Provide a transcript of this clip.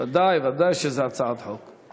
ודאי, ודאי שזו הצעת חוק.